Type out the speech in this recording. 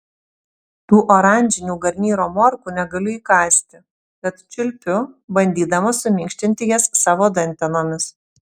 tų oranžinių garnyro morkų negaliu įkąsti tad čiulpiu bandydama suminkštinti jas savo dantenomis